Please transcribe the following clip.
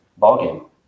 ballgame